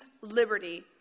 liberty